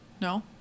No